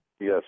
Yes